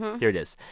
here it is.